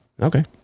Okay